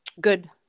good